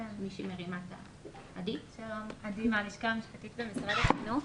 אני עדי מהלשכה המשפטית במשרד החינוך.